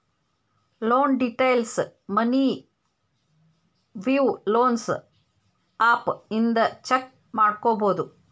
loan ಡೇಟೈಲ್ಸ್ನ money view loans app ಇಂದ check ಮಾಡ್ಕೊಬೋದು